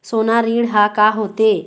सोना ऋण हा का होते?